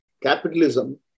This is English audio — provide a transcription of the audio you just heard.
capitalism